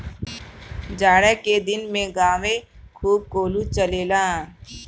जाड़ा के दिन में गांवे खूब कोल्हू चलेला